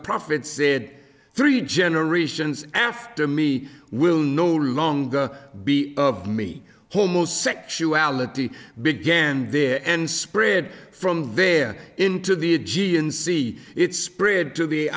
prophet said three generations after me will no longer be of me homosexuality began there and spread from there into the aegean sea it's spread to the